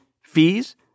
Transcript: fees